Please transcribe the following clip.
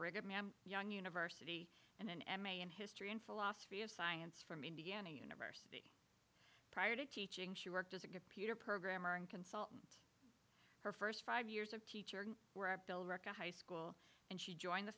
brigham young university and an m a in history and philosophy of science from indiana university prior to teaching she worked as a computer programmer and consultant her st five years of teaching where bill record high school and she joined the